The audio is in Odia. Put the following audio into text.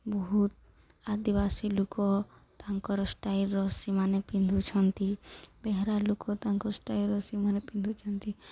ବହୁତ ଆଦିବାସୀ ଲୋକ ତାଙ୍କର ଷ୍ଟାଇଲ୍ର ସେମାନେ ପିନ୍ଧୁଛନ୍ତି ବେହେରା ଲୋକ ତାଙ୍କ ଷ୍ଟାଇଲ୍ର ସେମାନେ ପିନ୍ଧୁଛନ୍ତି